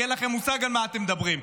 כי אין לכם מושג על מה אתם מדברים.